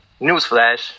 newsflash